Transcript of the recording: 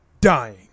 dying